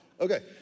Okay